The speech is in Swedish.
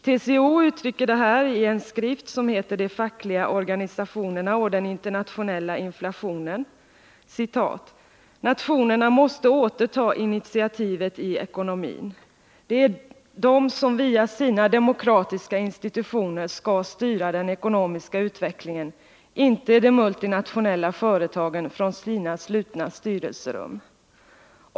TCO uttrycker det här i sin skrift De fackliga organisationerna och den internationella inflationen: ”Nationerna måste återta initiativet i ekonomin. Det är de som via sina demokratiska institutioner skall styra den ekonomiska utvecklingen, inte de multinationella företagen från sina slutna styrelserum.